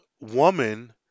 woman